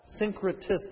syncretistic